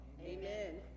Amen